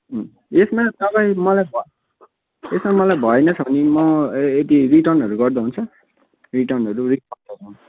यसमा तपाईँ मलाई यसमा मलाई भएनछ भने म यदि रिटर्नहरू गर्दा हुन्छ रिटर्नहरू रिफन्डहरू